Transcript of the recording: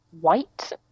white